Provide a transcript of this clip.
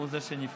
והוא זה שנבחר.